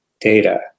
data